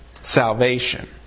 salvation